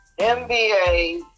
NBA